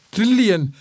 Trillion